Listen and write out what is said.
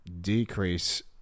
Decrease